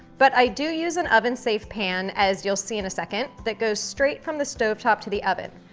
but i do use an oven-safe pan as you'll see in a second that goes straight from the stovetop to the oven.